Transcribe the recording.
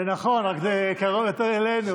זה נכון, רק זה קרוב יותר אלינו.